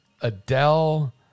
Adele